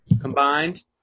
combined